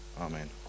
Amen